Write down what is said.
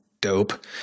dope